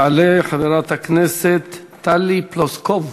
תעלה חברת הכנסת טלי פלוסקוב.